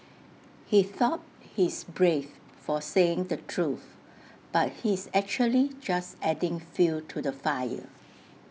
he thought he's brave for saying the truth but he is actually just adding fuel to the fire